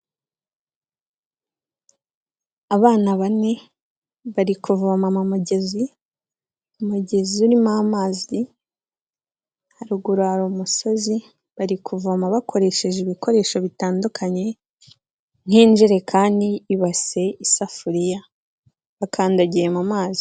Abana bane bari kuvoma mu mugezi, umugezi urimo amazi haruguru hari umusozi, bari kuvoma bakoresheje ibikoresho bitandukanye nk'injerekani, ibase, isafuriya, bakandagiye mu mazi.